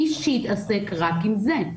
איש שיתעסק רק עם זה.